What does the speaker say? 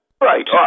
Right